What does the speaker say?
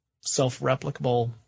self-replicable